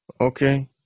Okay